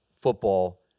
football